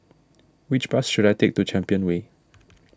which bus should I take to Champion Way